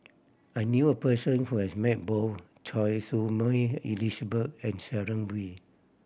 I knew a person who has met both Choy Su Moi Elizabeth and Sharon Wee